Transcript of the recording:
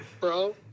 bro